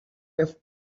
have